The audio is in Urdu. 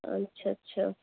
اچھا اچھا